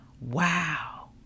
wow